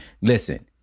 listen